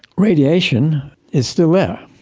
radiation is still there,